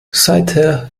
seither